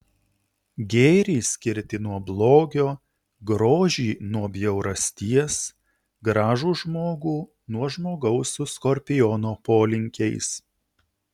gėrį skirti nuo blogio grožį nuo bjaurasties gražų žmogų nuo žmogaus su skorpiono polinkiais